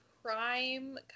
prime